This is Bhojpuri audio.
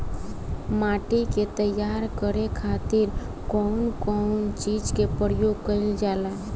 माटी के तैयार करे खातिर कउन कउन चीज के प्रयोग कइल जाला?